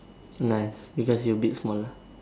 nice because you a bit smaller